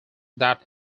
that